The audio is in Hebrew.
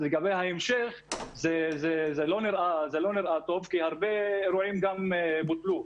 ההמשך לא נראה טוב, כי הרבה אירועים גם בוטלו.